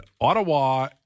Ottawa